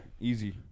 easy